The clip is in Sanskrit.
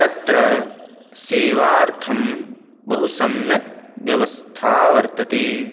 तत्र सेवार्थं बहुसम्यक् व्यवस्था वर्तते